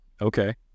Okay